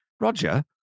roger